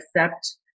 accept